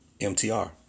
MTR